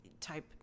type